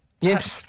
yes